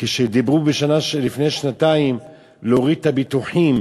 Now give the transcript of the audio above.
כשדיברו לפני שנתיים על הורדת הביטוחים